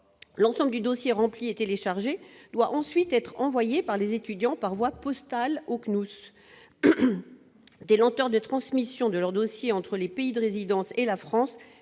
l'ensemble du dossier rempli et télécharger doit ensuite être envoyée par les étudiants, par voie postale aucune housse des lenteur de transmission de leur dossier entre les pays de résidence et la France